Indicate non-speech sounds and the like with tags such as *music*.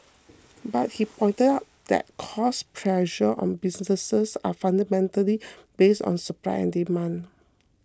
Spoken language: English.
*noise* but he pointed out that cost pressures on businesses are fundamentally based on supply and demand